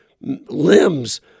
limbs